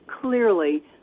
clearly